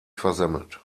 versemmelt